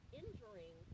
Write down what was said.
injuring